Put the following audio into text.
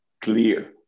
clear